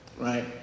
right